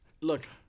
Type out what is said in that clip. look